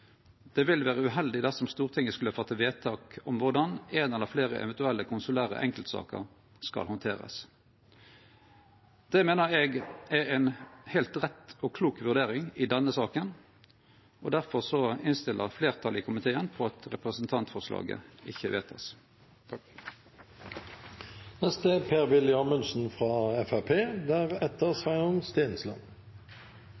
det vil være uheldig dersom Stortinget skulle fatte vedtak om hvordan en eller flere eventuelle konsulære enkeltsaker skal håndteres.» Det meiner eg er ei heilt rett og klok vurdering i denne saka. Difor innstiller fleirtalet i komiteen på at representantforslaget ikkje